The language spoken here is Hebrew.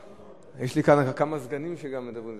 יש לי כאן גם כמה סגנים שמדברים.